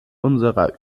unserer